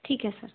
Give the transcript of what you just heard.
ठीक है सर